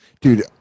Dude